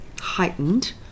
heightened